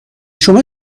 شما